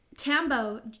Tambo